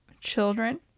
children